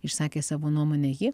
išsakė savo nuomonę ji